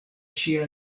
ŝia